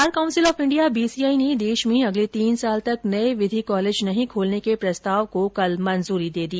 bar council of India BCI ने देश में अगले तीन साल तक नये विधि कॉलेज नहीं खोलने के प्रस्ताव को कल मंजूरी दे दी